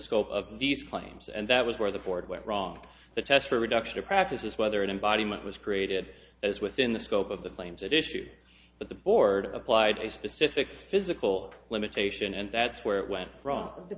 scope of these claims and that was where the board went wrong the test for reduction of practice is whether an embodiment was created as within the scope of the claims at issue but the board applied a specific physical limitation and that's where it went from